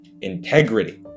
Integrity